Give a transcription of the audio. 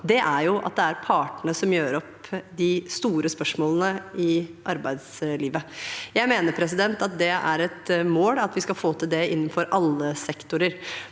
er at det er partene som gjør opp de store spørsmålene i arbeidslivet. Jeg mener at det er et mål at vi skal få til det innenfor alle sektorer.